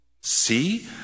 See